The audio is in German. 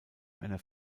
einer